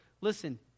listen